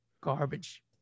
garbage